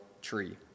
tree